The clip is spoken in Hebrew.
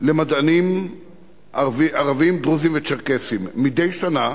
למדענים ערבים, דרוזים וצ'רקסים, מדי שנה,